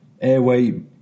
...airway